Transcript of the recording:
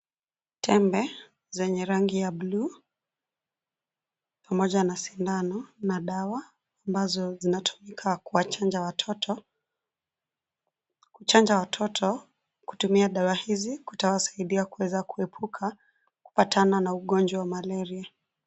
Tembe, zenye rangi ya bluu, pamoja na sindano na dawa, ambazo zinatumika kuwachanja watoto, kuchanja watoto, kutumia dawa hizi kutawasaidia kuweza kuepuka, kupatana na ugonjwa wa Malaria.